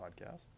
podcast